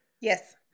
Yes